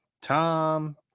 tom